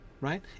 right